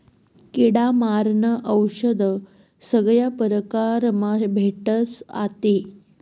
किडा मारानं औशद सगया परकारमा भेटस आते